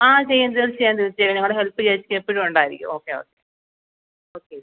ആ ചെയ്യാം തീർച്ചയായും തീർച്ചയായും ഞങ്ങളുടെ ഹെൽപ്പ് ചേച്ചിക്ക് എപ്പോഴും ഉണ്ടായിരിക്കും ഓക്കെ ഓക്കെ ചേച്ചി